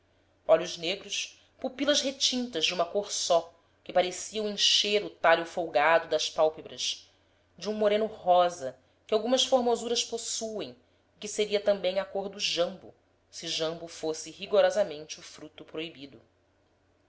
maternidade olhos negros pupilas retintas de uma cor só que pareciam encher o talho folgado das pálpebras de um moreno rosa que algumas formosuras possuem e que seria também a cor do jambo se jambo fosse rigorosamente o fruto proibido